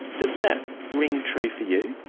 does that ring true for you?